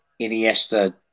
Iniesta